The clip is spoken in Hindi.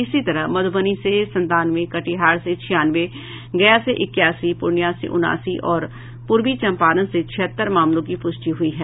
इसी तरह मध्रबनी से संतानवे कटिहार से छियानवे गया से इक्यासी पूर्णिया से उनासी और पूर्वी चंपारण से छिहत्तर मामलों की प्रष्टि हुई है